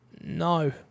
No